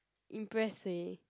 impress 谁